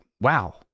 wow